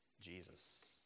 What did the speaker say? Jesus